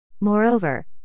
Moreover